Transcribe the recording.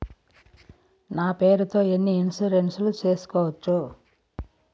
నా పేరుతో ఎన్ని ఇన్సూరెన్సులు సేసుకోవచ్చు?